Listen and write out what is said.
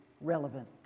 relevant